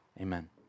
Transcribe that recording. Amen